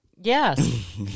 Yes